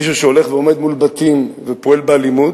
מישהו שהולך ועומד מול בתים ופועל באלימות,